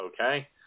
Okay